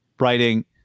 writing